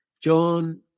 John